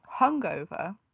hungover